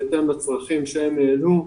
בהתאם לצרכים שהם העלו.